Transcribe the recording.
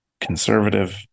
conservative